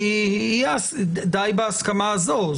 יהיה די בהסכמה הזו.